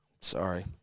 Sorry